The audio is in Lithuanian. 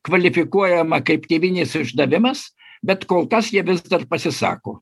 kvalifikuojama kaip tėvynės išdavimas bet kol kas jie vis dar pasisako